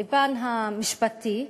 לפן המשפטי,